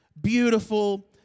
beautiful